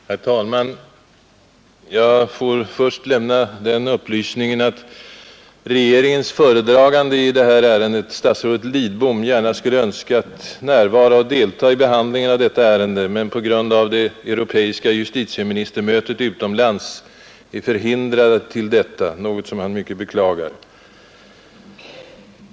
Herr talman! Jag vill först lämna den upplysningen att regeringens föredragande i det här ärendet, statsrådet Lidbom, gärna skulle ha önskat närvara och delta i behandlingen av detta men på grund av det europeiska justitieministermötet utomlands är förhindrad, något som han mycket beklagar.